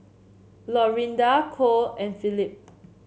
Lorinda Kole and Phillip